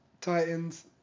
Titans